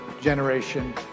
Generation